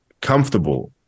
comfortable